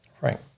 right